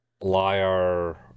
liar